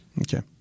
Okay